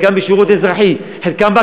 חלקם בשירות אזרחי,